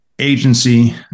agency